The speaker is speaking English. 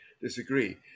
disagree